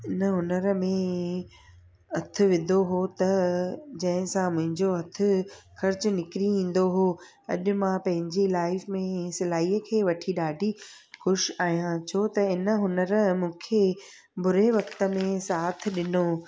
इन हूनर में हथु विधो हुओ त जंहिं सां मुंहिंजो हथु खर्चु निकिरी ईंदो हुओ अॼु मां पंहिंजे लाइफ में सिलाईअ खे वठी ॾाढी ख़ुशि आहियां छो त इन हूनरु मूंखे बुरे वक़्त में साथ ॾिनो